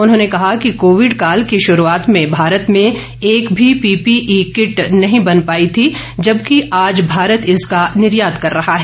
उन्होंने कहा कि कोविड काल की शुरूआत में भारत में एक भी पीपीई किट नहीं बन पाई थी जबकि आज भारत इसका निर्यात कर रहा है